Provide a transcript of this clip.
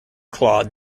claude